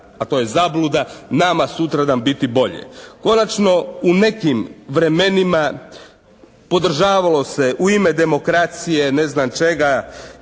a to je zabluda «nama sutradan biti bolje.» Konačno u nekim vremenima podržavalo se u ime demokracije, ne znam čega,